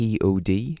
POD